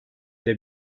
ile